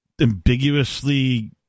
ambiguously